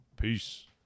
Peace